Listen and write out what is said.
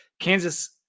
Kansas